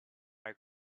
act